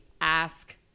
Ask